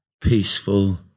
peaceful